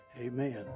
Amen